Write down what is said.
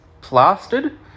plastered